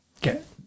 get